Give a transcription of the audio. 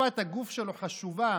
שפת הגוף שלו חשובה,